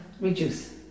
reduce